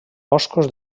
boscos